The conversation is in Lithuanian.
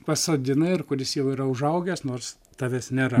pasodinai ir kuris jau yra užaugęs nors tavęs nėra